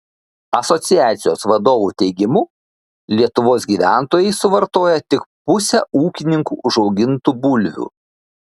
asociacijos vadovų teigimu lietuvos gyventojai suvartoja tik pusę ūkininkų užaugintų bulvių